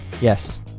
Yes